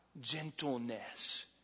Gentleness